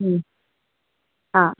ആ